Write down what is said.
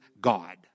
God